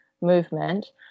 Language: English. movement